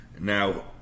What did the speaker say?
Now